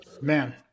man